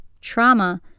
trauma